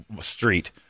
street